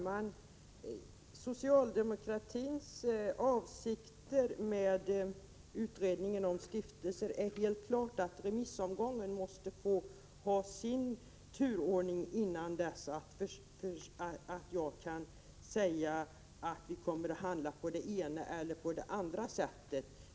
Herr talman! Socialdemokratins avsikter med utredningen om stiftelser är helt klart att remissomgången måste få ha sin turordning, innan jag kan säga att vi kommer att handla på det ena eller på det andra sättet.